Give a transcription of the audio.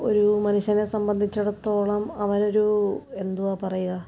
ഒരു മനുഷ്യനെ സംബന്ധിച്ചിടത്തോളം അവൻ ഒരു എന്തുവാ പറയുക